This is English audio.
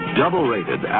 double-rated